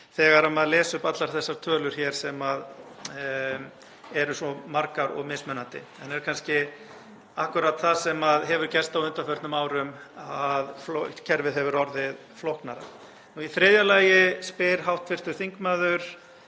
þegar maður les upp allar þessar tölur hér sem eru svo margar og mismunandi en það er kannski akkúrat það sem hefur gerst á undanförnum árum að kerfið hefur orðið flóknara. Í þriðja lagi spyr hv. þingmaður